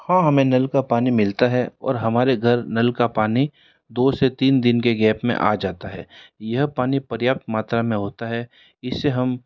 हाँ हमें नल का पानी मिलता है और हमारे घर नल का पानी दो से तीन दिन के गैप में आ जाता है यह पानी पर्याप्त मात्रा में होता है इसे हम